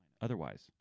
otherwise